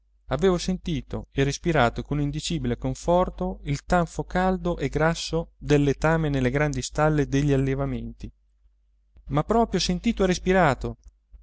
avevo sentito e respirato con indicibile conforto il tanfo caldo e grasso del letame nelle grandi stalle degli allevamenti ma proprio sentito e respirato